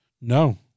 no